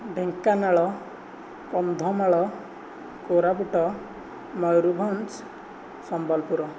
Dhenkanal Kandhamal Koraput Mayurbhanj Sambalpur